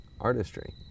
artistry